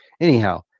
Anyhow